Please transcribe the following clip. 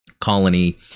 colony